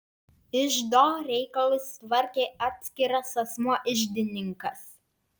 iždo reikalus tvarkė atskiras asmuo iždininkas